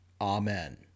Amen